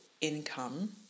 income